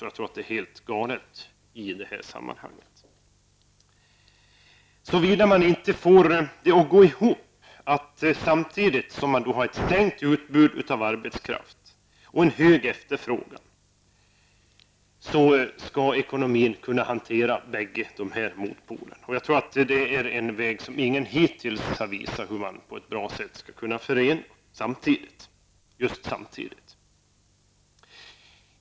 Jag tror att det är helt galet i det här sammanhanget, såvida man inte får det att gå ihop att samtidigt som man har ett sänkt utbud av arbetskraft och en hög efterfrågan skall ekonomin kunna hantera båda motpolerna. Ingen har hittills kunnat visa hur man på ett bra sätt skall kunna förena detta.